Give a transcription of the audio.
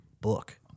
book